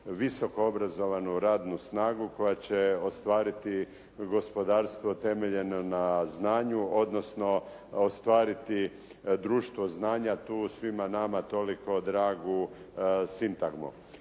visoko obrazovanu radnu snagu koja će ostvariti gospodarstvo temeljeno na znanju, odnosno ostvariti društvo znanja tu svima nama toliko dragu sintagmu.